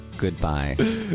Goodbye